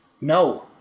No